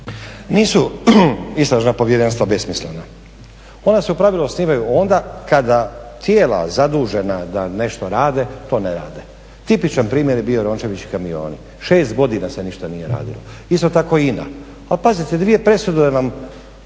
Nisu istražna povjerenstva besmislena, ona se u pravilu osnivaju onda kada tijela zadužena da nešto rade to ne rade. Tipičan primjer je bio Rončević i kamioni, 6 godina se ništa nije radilo. Isto tako INA. Ali pazite dvije presude vam